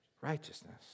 Righteousness